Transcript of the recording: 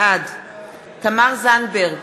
בעד תמר זנדברג,